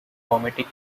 comedic